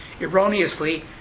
erroneously